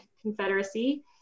Confederacy